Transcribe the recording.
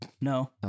No